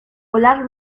polar